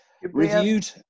Reviewed